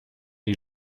die